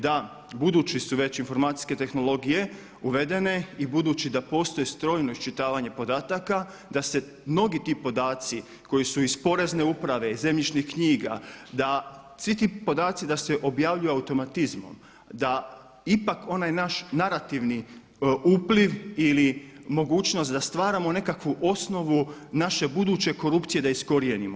Da budući su već informacijske tehnologije uvedene i budući da postoji strojno iščitavanje podataka da se mnogi ti podaci koji su iz porezne uprave, iz zemljišnih knjiga da svi ti podaci da se objavljuju automatizmom, da ipak onaj naš narativni upliv ili mogućnost da stvaramo nekakvu osnovu naše buduće korupcije da iskorijenimo.